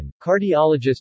Cardiologist